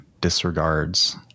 disregards